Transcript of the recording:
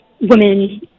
women